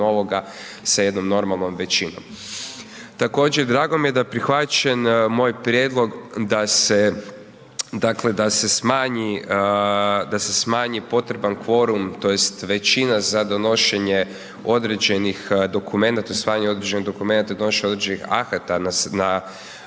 novoga sa jednom normalnom većinom. Također drago mi je da je prihvaćen moj prijedlog da se, dakle da se smanji, da se smanji potreban kvorum tj. većina za donošenje određenih dokumenta, usvajanje određenih dokumenata i donošenje određenih akata na